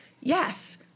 yes